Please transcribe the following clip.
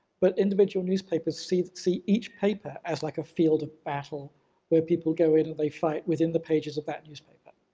but individual newspapers see see each paper as like a field of battle where people go in and they fight within the pages of that newspaper.